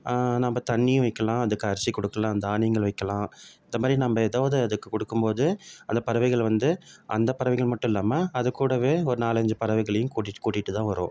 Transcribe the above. நாம்ம தண்ணியும் வைக்கலாம் அதுக்கு அரிசி கொடுக்கலாம் தானியங்கள் வைக்கலாம் இந்த மாதிரி நாம் எதாவது அதுக்கு கொடுக்கும் போது அந்த பறவைகள் வந்து அந்த பறவைகள் மட்டும் இல்லாமல் அதுகூடவே ஒரு நாலு அஞ்சு பறவைகளையும் கூட்டிகிட்டு கூட்டிகிட்டு தான் வரும்